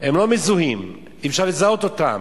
הם לא מזוהים, אי-אפשר לזהות אותם,